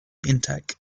intake